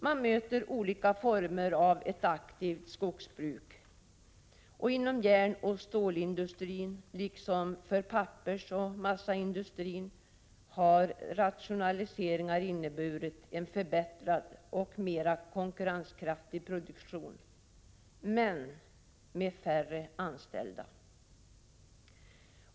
Man möter olika former av ett aktivt skogsbruk. Inom järnoch stålindustrin liksom för pappersoch massaindustrin har rationaliseringar inneburit en förbättrad och mer konkurrenskraftig produktion — men med färre anställda.